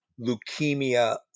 leukemia